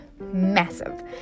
massive